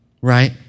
right